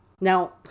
Now